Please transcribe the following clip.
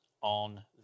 on